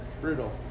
Brutal